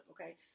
Okay